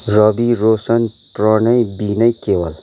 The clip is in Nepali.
रवि रोशन प्रणय विनय केवल